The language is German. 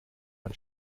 man